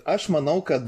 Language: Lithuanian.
aš manau kad